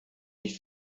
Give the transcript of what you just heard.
nicht